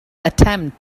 attempt